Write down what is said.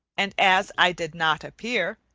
and as i did not appear,